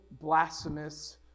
blasphemous